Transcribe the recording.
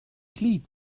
cleat